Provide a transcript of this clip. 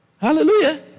Hallelujah